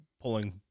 pulling